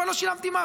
אבל לא שילמתי מס.